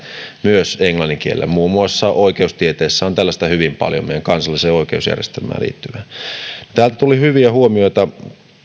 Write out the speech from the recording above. myös tehdään englannin kielellä muun muassa oikeustieteessä on tällaista hyvin paljon meidän kansalliseen oikeusjärjestelmäämme liittyvää täältä tuli hyviä huomioita